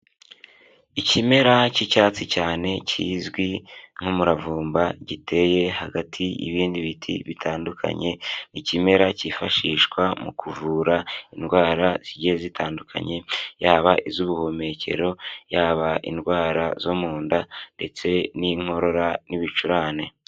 Ikimera k'icyatsi cyane kizwi nk'umuravumba giteye hagati y'ibindi biti bitandukanye, ikimera kifashishwa mu kuvura indwara zigiye zitandukanye yaba iz'ubuhumekero, yaba indwara zo mu nda, ndetse n'inkorora n'ibicurane.